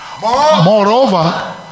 Moreover